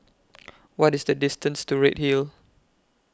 What IS The distance to Redhill